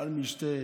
על משתה,